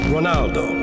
Ronaldo